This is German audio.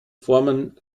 formen